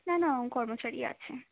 না না কর্মচারী আছে